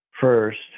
first